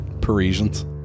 Parisians